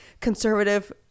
conservative